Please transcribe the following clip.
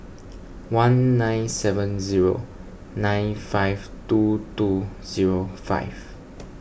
one nine seven zero nine five two two zero five